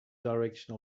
direction